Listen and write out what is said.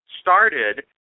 started